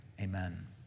Amen